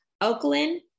Oakland